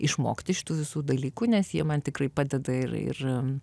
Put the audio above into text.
išmokti šitų visų dalykų nes jie man tikrai padeda ir ir